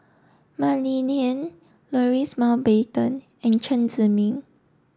Mah Li Lian Louis Mountbatten and Chen Zhiming